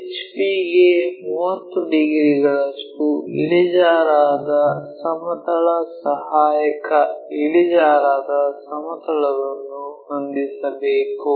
P ಗೆ 30 ಡಿಗ್ರಿಗಳಷ್ಟು ಇಳಿಜಾರಾದ ಸಮತಲ ಸಹಾಯಕ ಇಳಿಜಾರಾದ ಸಮತಲವನ್ನು ಹೊಂದಿಸಬೇಕು